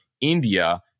India